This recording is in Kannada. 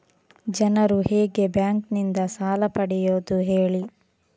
ಜನರು ಹೇಗೆ ಬ್ಯಾಂಕ್ ನಿಂದ ಸಾಲ ಪಡೆಯೋದು ಹೇಳಿ